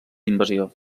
invasió